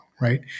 right